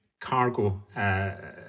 cargo